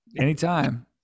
Anytime